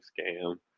scam